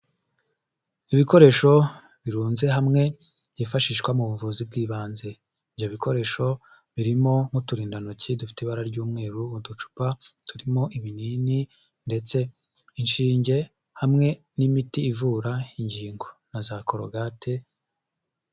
Ibikoresho birunze hamwe, byifashishwa mu buvuzi bw'ibanze. Ibyo bikoresho birimo nk'uturindantoki dufite ibara ry'umweru, uducupa turimo ibinini ndetse inshinge, hamwe n'imiti ivura ingingo. Na za korogate.